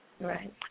Right